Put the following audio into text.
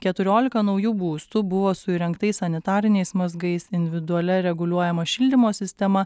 keturiolika naujų būstų buvo su įrengtais sanitariniais mazgais individualia reguliuojama šildymo sistema